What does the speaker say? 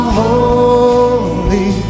holy